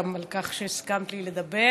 גם על כך שהסכמת לתת לי לדבר.